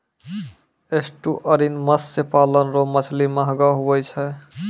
estuarine मत्स्य पालन रो मछली महगो हुवै छै